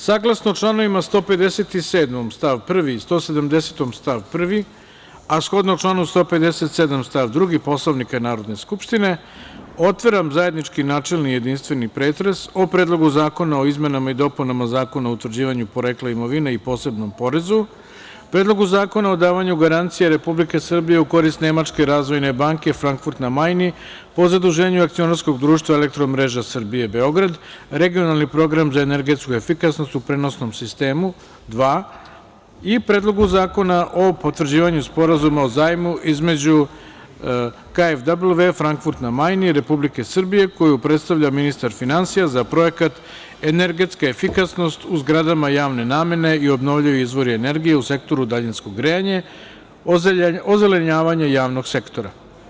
Saglasno članovima 157. stav 1. i 150. stav 1, a shodno članu 157. stav 2. Poslovnika Narodne skupštine, otvaram zajednički, načelni i jedinstveni pretres o Predlogu zakona o izmenama i dopunama Zakona o utvrđivanju porekla imovine i posebnom porezu, Predlogu zakona o davanju garancije Republike Srbije u korist Nemačke razvojne banke KfW, Frankfurt na Majni, po zaduženju Akcionarskog društva „Elektromreža Srbije“ Beograd (Regionalni program za elektronsku efikasnost u prenosnom sistemu 2) i Predlogu zakona o potvrđivanju Sporazuma o zajmu između KfW, Frankfurt na Majni i Republike Srbije, koju predstavlja ministar finansija, za projekat „Energetska efikasnost u zgradama javne namene i obnovljivi izvori energije u sektoru daljinskog grejanja - Ozelenjavanje javnog sektora“